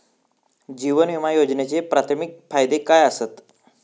जीवन विमा योजनेचे प्राथमिक फायदे काय आसत?